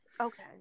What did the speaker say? okay